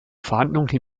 verhandlungen